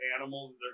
animal